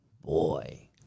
boy